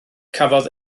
cafodd